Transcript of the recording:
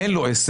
אין לו עסק,